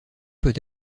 peut